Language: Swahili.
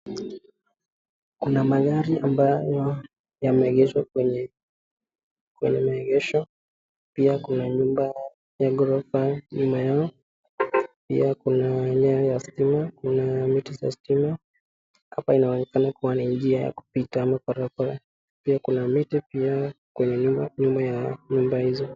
Kuna magari ambayo yameegeshwa kwenye maegesho pia kuna nyumba ya ghorofa nyuma yao pia kuna nyayo ya stima kuna vitu za stima hapa inaonekana kuwa ni njia ya kupita mkwarakwara pia kuna miti pia kuna nyumba nyuma ya nyumba hizo.